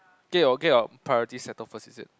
get your get your priorities settled first is it